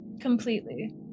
completely